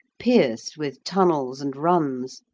pierced with tunnels and runs,